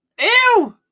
Ew